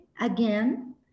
again